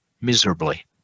miserably